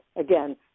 Again